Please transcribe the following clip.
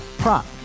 prop